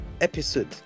episode